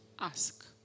ask